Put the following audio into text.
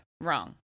wrong